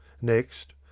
next